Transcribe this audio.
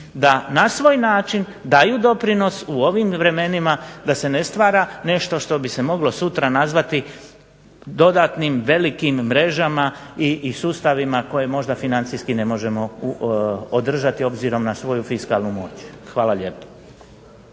da na svoj način daju doprinos u ovim vremenima da se ne stvara nešto što bi se moglo sutra nazvati dodatnim velikim mrežama i sustavima koje možda financijski ne možemo održati, obzirom na svoju fiskalnu moć. Hvala lijepo.